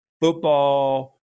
football